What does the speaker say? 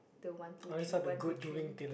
the one two three one two three